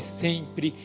sempre